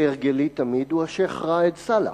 כהרגלי תמיד, הוא השיח' ראאד סלאח.